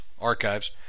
archives